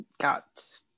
got